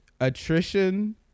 attrition